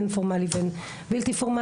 הן פורמלי והן בלתי-פורמלי,